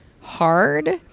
hard